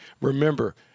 remember